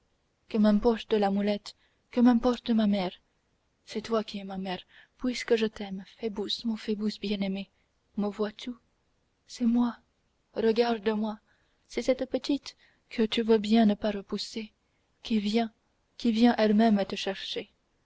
que m'importe l'amulette que m'importe ma mère c'est toi qui es ma mère puisque je t'aime phoebus mon phoebus bien-aimé me vois-tu c'est moi regarde-moi c'est cette petite que tu veux bien ne pas repousser qui vient qui vient elle-même te chercher